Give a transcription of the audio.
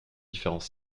différents